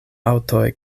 aŭtoj